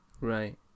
Right